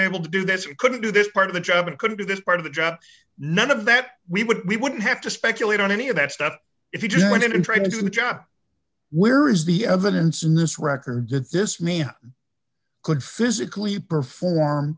able to do this he couldn't do this part of the job and couldn't do this part of the job none of that we would we wouldn't have to speculate on any of that stuff if you just went in trying to do the job where is the evidence in this record that this mean could physically perform